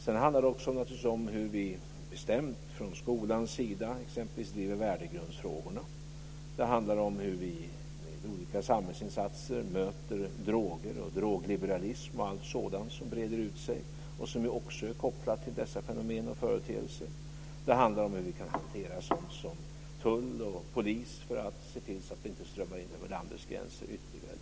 Det handlar naturligtvis också om hur vi bestämt från skolans sida exempelvis driver värdregrundsfrågorna. Det handlar om hur vi med olika samhällsinsatser möter droger, drogliberalism och allt sådant som breder ut sig och som också är kopplat till dessa fenomen och företeelser. Det handlar om hur vi kan hantera sådant som tull och polis för att se till att det inte strömmar in ytterligare droger över landets gränser.